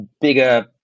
bigger